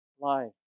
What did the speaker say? life